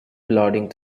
plodding